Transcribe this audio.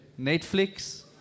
Netflix